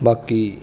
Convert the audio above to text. ਬਾਕੀ